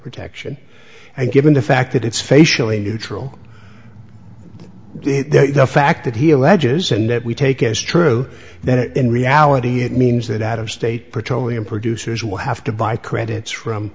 protection and given the fact that it's facially neutral the fact that he alleges and that we take is true then in reality it means that out of state petroleum producers will have to buy credits from